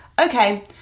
Okay